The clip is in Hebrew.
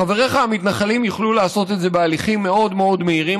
חבריך המתנחלים יוכלו לעשות את זה בהליכים מאוד מאוד מהירים,